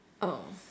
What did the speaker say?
oh